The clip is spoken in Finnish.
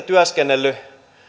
työskennellyt